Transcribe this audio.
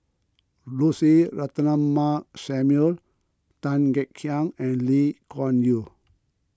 Lucy Ratnammah Samuel Tan Kek Hiang and Lee Kuan Yew